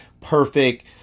perfect